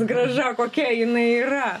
grąža kokia jinai yra